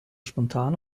spontan